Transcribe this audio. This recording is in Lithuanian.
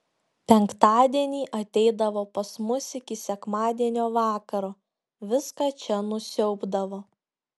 penktadienį ateidavo pas mus iki sekmadienio vakaro viską čia nusiaubdavo